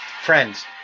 Friends